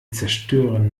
zerstören